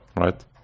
Right